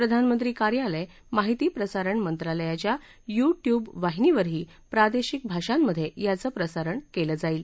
प्रधानमंत्री कार्यालय माहिती प्रसारण मंत्रालयच्या यु ट्युब वाहिनीवरही प्रादेशिक भाषांमध्ये याचं प्रसारण केलं जाईल